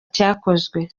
cyakozwe